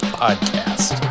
podcast